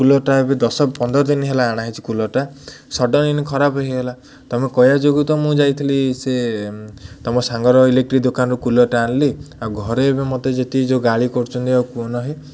କୁଲର୍ଟା ଏବେ ଦଶ ପନ୍ଦର ଦିନ ହେଲା ଆଣା ହେଇଛି କୁଲର୍ଟା ସଡ଼ନ୍ଲି ଖରାପ ହେଇଗଲା ତମେ କହିବା ଯୋଗୁଁ ତ ମୁଁ ଯାଇଥିଲି ସେ ତମ ସାଙ୍ଗର ଇଲେକ୍ଟ୍ରି ଦୋକାନରୁ କୁଲର୍ଟା ଆଣିଲି ଆଉ ଘରେ ଏବେ ମତେ ଯେତିକି ଯେଉଁ ଗାଳି କରୁଛନ୍ତି ଆଉ କୁହନାହିଁ